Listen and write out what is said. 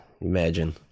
Imagine